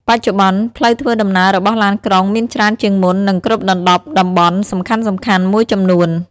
បច្ចុប្បន្ន ផ្លូវធ្វើដំណើររបស់ឡានក្រុងមានច្រើនជាងមុន និងគ្របដណ្តប់តំបន់សំខាន់ៗមួយចំនួន។